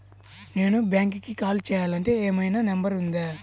నేను బ్యాంక్కి కాల్ చేయాలంటే ఏమయినా నంబర్ ఉందా?